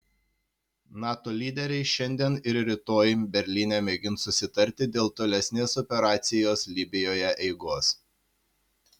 nato lyderiai šiandien ir rytoj berlyne mėgins susitarti dėl tolesnės operacijos libijoje eigos